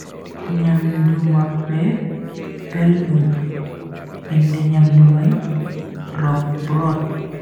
Nyamdu mabbe beldum, inde nyamdu mai rogbrod.